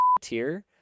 tier